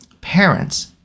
Parents